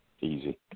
Easy